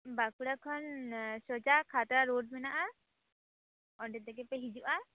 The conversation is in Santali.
ᱵᱟᱸᱠᱩᱲᱟ ᱠᱷᱚᱱ ᱮᱸ ᱥᱳᱡᱟ ᱠᱷᱟᱛᱲᱟ ᱨᱳᱰ ᱢᱮᱱᱟᱜᱼᱟ ᱚᱸᱰᱮ ᱛᱮᱜᱮ ᱯᱮ ᱦᱤᱡᱩᱜᱼᱟ